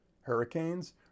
hurricanes